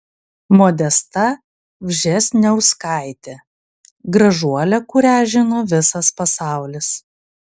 modesta vžesniauskaitė gražuolė kurią žino visas pasaulis